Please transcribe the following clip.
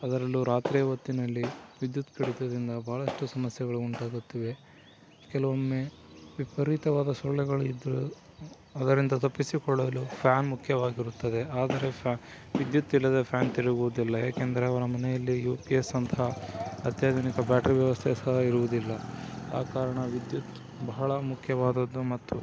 ಅದರಲ್ಲೂ ರಾತ್ರಿಯ ಹೊತ್ತಿನಲ್ಲಿ ವಿದ್ಯುತ್ ಕಡಿತದಿಂದ ಬಹಳಷ್ಟು ಸಮಸ್ಯೆಗಳು ಉಂಟಾಗುತ್ತವೆ ಕೆಲವೊಮ್ಮೆ ವಿಪರೀತವಾದ ಸೊಳ್ಳೆಗಳಿದ್ದರೂ ಅದರಿಂದ ತಪ್ಪಿಸಿಕೊಳ್ಳಲು ಫ್ಯಾನ್ ಮುಖ್ಯವಾಗಿರುತ್ತದೆ ಆದರೆ ಫ್ಯಾ ವಿದ್ಯುತ್ ಇಲ್ಲದೆ ಫ್ಯಾನ್ ತಿರುಗುವುದಿಲ್ಲ ಏಕೆಂದರೆ ಅವರ ಮನೆಯಲ್ಲಿ ಯು ಪಿ ಎಸ್ ಅಂತಹ ಅತ್ಯಾಧುನಿಕ ಬ್ಯಾಟ್ರಿ ವ್ಯವಸ್ಥೆ ಸಹ ಇರುವುದಿಲ್ಲ ಆ ಕಾರಣ ವಿದ್ಯುತ್ ಬಹಳ ಮುಖ್ಯವಾದದ್ದು ಮತ್ತು